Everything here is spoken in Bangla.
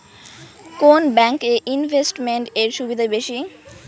কোন ব্যাংক এ ইনভেস্টমেন্ট এর সুবিধা বেশি?